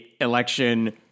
election